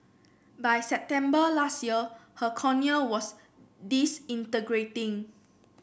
by September last year her cornea was disintegrating